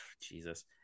Jesus